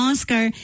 Oscar